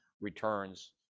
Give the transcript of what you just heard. returns